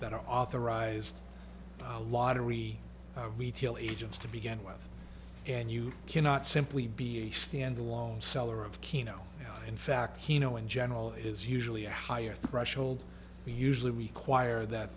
that are authorized by a lottery retail agents to begin with and you cannot simply be a stand alone seller of keno in fact kino in general is usually a higher threshold we usually require that